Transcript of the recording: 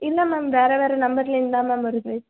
இல்லை மேம் வேறு வேறு நம்பர்லேருந்து தான் மேம் வருது